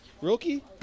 Rookie